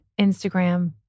Instagram